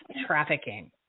trafficking